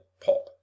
pop